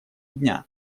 дня